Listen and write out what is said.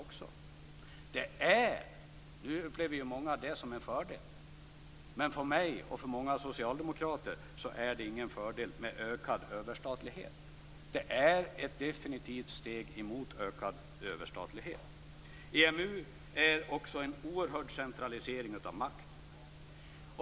Många upplever det som en fördel, men för mig och för många andra socialdemokrater är det ingen fördel med ökad överstatlighet. EMU är ett definitivt steg mot ökad överstatlighet. EMU innebär också en oerhörd centralisering av makt.